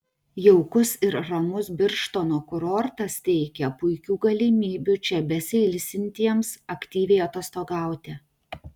jaukus ir ramus birštono kurortas teikia puikių galimybių čia besiilsintiems aktyviai atostogauti